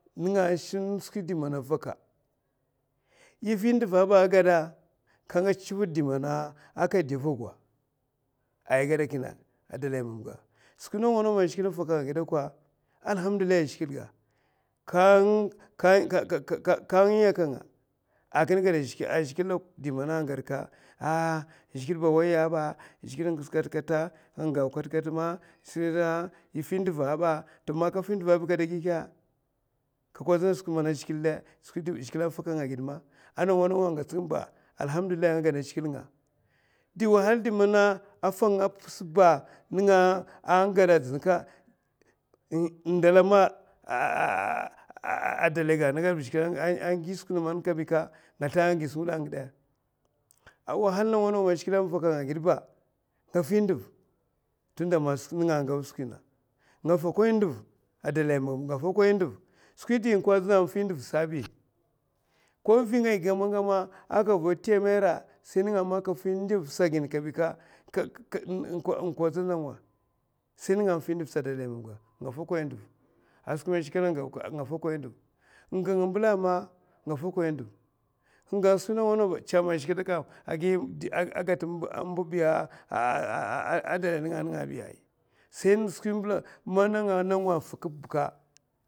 Nènga sun skwi di man yè fi nduv aba aka, ka ngèchè chivid man aka dè avogwa. ay gada kinè a dlay mamga skwi nawa nawa man zhigilè avaka allahamdillahi a zhigilè ga, yakanga a gadana a zhigilè, ay di man agada ahh zhigilè ba awayy ba, kwas man ka fi nduva bi kada gi kè, kada kojina a skwi zhigilè dè? Zhigilè a fakanga agid ma ko nawa nwa angatska ka ba alhamdullilah aka gadana a zhigilè, man a fi nga a indala ma a dalaga nè ba nènga a gi skwi, nga zlaha agi skwi nga anga dè? Wahal nawa nawa man zhigilè a finga apa ba sai nga fi nduv. tunda man skwi man nènga agau skwi na nga fokoy nduv a dalay mamga. skwi di kojina fi nduv azbi ko man vi ngaya ngèmè ngèmè ko man ka vau, tèmèrè sai man kafi nduv sa kabi ka skwi di kojin anènga azbi, a skwi man zhigilè a ngau nga fokoy nduv, nga gudasa ba nga fokon nduv chaman skwi zhigilè agata skwi m'bi biya a wuday nènga abi ay, agana a nènga abi sa skwi m'bèla